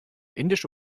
indische